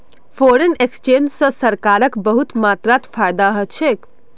foreign exchange स सरकारक बहुत मात्रात फायदा ह छेक